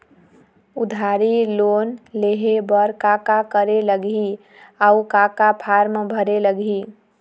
उधारी लोन लेहे बर का का करे लगही अऊ का का फार्म भरे लगही?